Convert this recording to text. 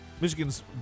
Michigan's